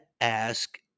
ask